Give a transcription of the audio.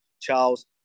Charles